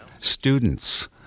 Students